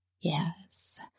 Yes